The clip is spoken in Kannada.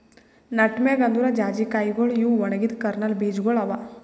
ನಟ್ಮೆಗ್ ಅಂದುರ್ ಜಾಯಿಕಾಯಿಗೊಳ್ ಇವು ಒಣಗಿದ್ ಕರ್ನಲ್ ಬೀಜಗೊಳ್ ಅವಾ